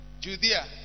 judea